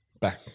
back